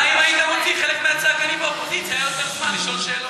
אולי אם היית מוציא חלק מהצעקנים מהאופוזיציה היה יותר זמן לשאול שאלות.